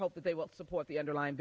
hope that they will support the underlying